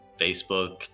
Facebook